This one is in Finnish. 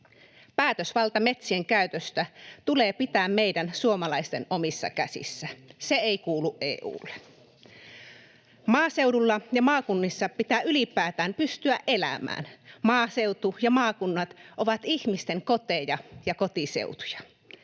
Päätösvalta metsien käytöstä tulee pitää meidän suomalaisten omissa käsissä. Se ei kuulu EU:lle. Maaseudulla ja maakunnissa pitää ylipäätään pystyä elämään. Maaseutu ja maakunnat ovat ihmisten koteja ja kotiseutuja.